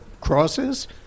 crosses